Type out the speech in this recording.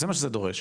זה מה שזה דורש.